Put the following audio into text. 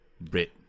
Brit